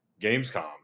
Gamescom